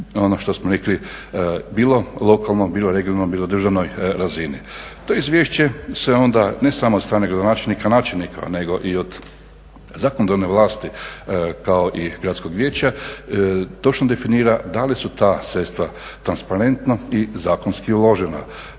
ono što smo rekli bilo lokalnoj, bilo regionalnoj bilo državnoj razini. To izvješće se onda ne samo od strane gradonačelnika i načelnika nego i od zakonodavne vlasti kao i gradskog vijeća točno definira da li su ta sredstva transparentno i zakonski uložena.